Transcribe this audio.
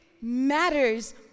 matters